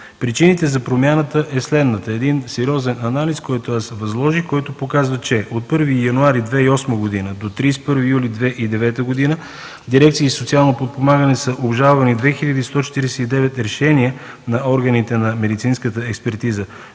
Причината за промяната е следната: сериозен анализ, който възложих, показа, че от 1 януари 2008 г. до 31 юли 2009 г. в дирекции „Социално подпомагане” са обжалвани 2149 решения на органите на медицинската експертиза.